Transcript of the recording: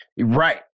Right